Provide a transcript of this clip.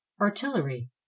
artillery